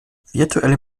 virtuelle